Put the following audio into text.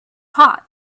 pot